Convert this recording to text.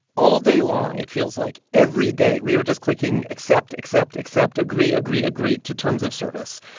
all day long it feels like every day we are just clicking accept, accept, accept, agree, agree, agree to terms of service,